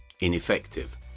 ineffective